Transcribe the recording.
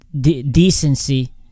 decency